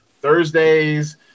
Thursdays